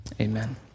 Amen